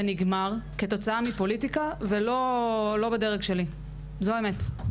זה נגמר כתוצאה מפוליטיקה ולא בדרג שלי, זו האמת.